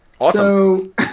Awesome